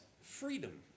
freedom